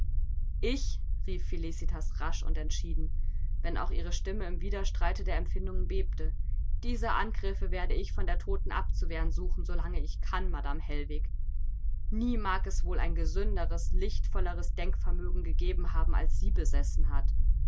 ich rief felicitas rasch und entschieden wenn auch ihre stimme im widerstreite der empfindungen bebte diese angriffe werde ich von der toten abzuwehren suchen solange ich kann madame hellwig nie mag es wohl ein gesünderes lichtvolleres denkvermögen gegeben haben als sie besessen hat